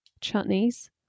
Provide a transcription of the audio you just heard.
chutneys